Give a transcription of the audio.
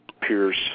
peers